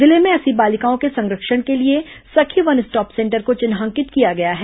जिले में ऐसी बालिकाओं के संरक्षण के लिए सखी वन स्टॉप सेंटर को चिन्हांकित किया गया है